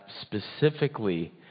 specifically